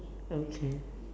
okay